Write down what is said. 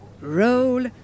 Roll